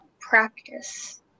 practice